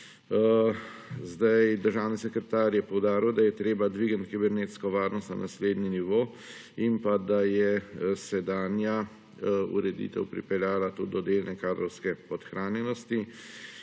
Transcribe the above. Zdaj, državni sekretar je poudaril, da je treba dvignit kibernetsko varnost na naslednji nivo in pa da je sedanja ureditev pripeljala tudi do delne kadrovske podhranjenosti.